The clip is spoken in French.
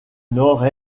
nord